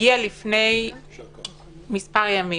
הגיע לפני מספר ימים.